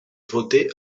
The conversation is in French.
voté